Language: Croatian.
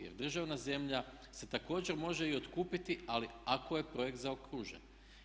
Jer državna zemlja se također može i otkupiti, ali ako je projekt zaokružen.